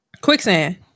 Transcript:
Quicksand